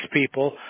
people